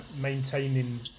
maintaining